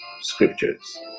scriptures